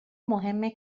مهم